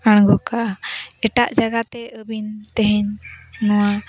ᱟᱬᱜᱚ ᱠᱟᱜᱼᱟ ᱮᱴᱟᱜ ᱡᱟᱭᱜᱟ ᱛᱮ ᱟᱹᱵᱤᱱ ᱛᱮᱦᱮᱧ ᱱᱚᱣᱟ